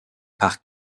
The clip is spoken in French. par